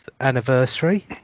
anniversary